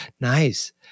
Nice